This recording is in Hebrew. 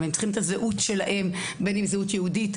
הם צריכים את הזהות שלהם בין אם זהות יהודית,